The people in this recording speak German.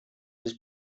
sich